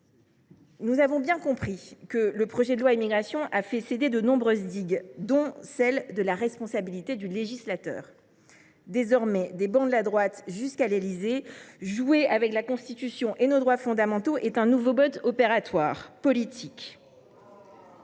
pour contrôler l’immigration, améliorer l’intégration a fait céder de nombreuses digues, dont celle de la responsabilité du législateur. Désormais, des travées de la droite jusqu’à l’Élysée, jouer avec la Constitution et nos droits fondamentaux est un nouveau mode opératoire politique.